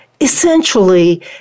essentially